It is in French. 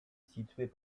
situés